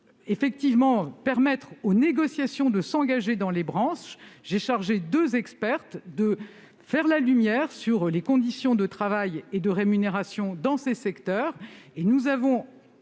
permettre aux négociations de s'engager dans les branches, j'ai chargé deux expertes de faire la lumière sur les conditions de travail et de rémunération dans ces secteurs.